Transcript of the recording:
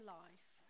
life